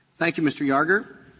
thank you, mr. yarger.